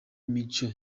mico